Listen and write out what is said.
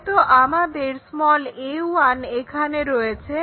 হয়তো আমাদের a1 এখানে রয়েছে